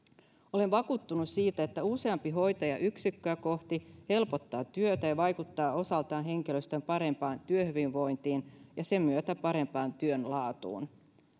olen vakuuttunut siitä että useampi hoitaja yksikköä kohti helpottaa työtä ja vaikuttaa osaltaan henkilöstön parempaan työhyvinvointiin ja sen myötä parempaan työn laatuun